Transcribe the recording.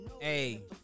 hey